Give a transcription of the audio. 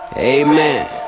Amen